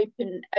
open